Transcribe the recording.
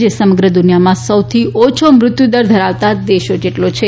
જે સમગ્ર દુનિયામાં સૌથી ઓછો મૃત્યુ દર ધરાવતાં દેશો જેટલો છે